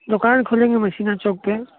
दोकान खोलेंगे मसीना चौक पे